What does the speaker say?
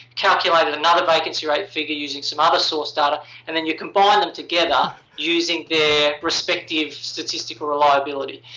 calculate and another vacancy rate figure using some other source data and then you combine them together using their respective statistical reliability.